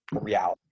reality